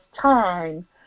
time